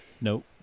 Nope